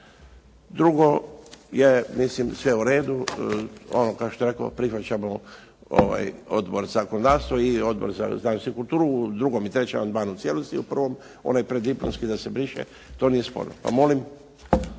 Drugo je mislim sve u redu. Kao što rekoh, prihvaćamo Odbor za zakonodavstvo i Odbor za znanost i kulturu, 2. i 3. amandman u cijelosti, u 1. onaj preddiplomski da se briše, to nije sporno. Pa molim